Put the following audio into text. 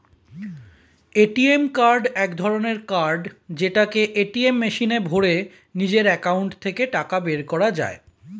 ATM card এক ধরণের card যেটাকে এটিএম মেশিনে ভরে নিজের একাউন্ট থেকে টাকা বের করা যায়